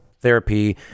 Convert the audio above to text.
therapy